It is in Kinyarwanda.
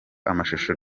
amashusho